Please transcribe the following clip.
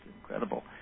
incredible